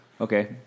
Okay